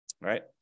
right